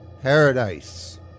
Paradise